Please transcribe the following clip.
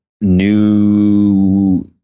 new